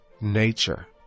nature